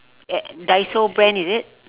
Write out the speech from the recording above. uh daiso brand is it